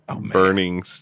Burning